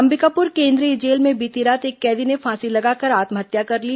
अंबिकापुर केंद्रीय जेल में बीती रात एक कैदी ने फांसी लगाकर आत्महत्या कर ली